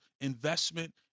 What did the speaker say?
investment